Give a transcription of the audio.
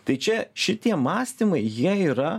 tai čia šitie mąstymai jie yra